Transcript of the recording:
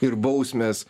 ir bausmės